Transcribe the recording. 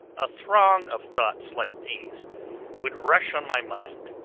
a throng of thoughts like these would rush on my mind,